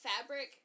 fabric